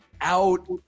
out